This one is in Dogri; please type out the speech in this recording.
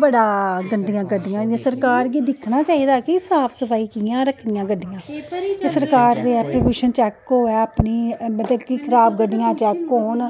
बड़ा गंदियां गड्डियां न सरकार गी दिक्खना चाहिदा कि साफ सफाई कि'यां रक्खनी गड्डियां सरकार आपूं चैक करै मतलब कि खराब गड्डियां चैक होन